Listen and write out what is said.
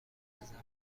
بزنم